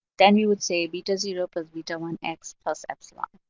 then you would say beta zero plus beta one x plus epsilon.